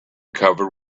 covered